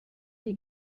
die